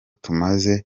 tumaze